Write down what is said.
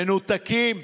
מנותקים.